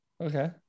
Okay